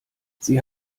sie